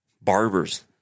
Barbers